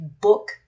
book